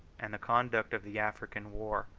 and the conduct of the african war,